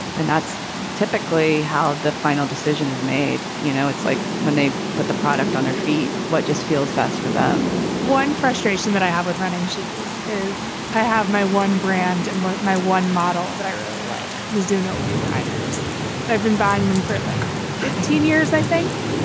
and that's typically how the final decision is made. you know, it's like when they put the product on their feet, what just feels best for them one frustration that i have with running shoes is i have my one brand and my one model that i really like mizuno wave riders. and i've been buying them for like fifteen years, i think.